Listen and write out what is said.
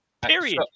period